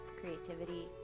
creativity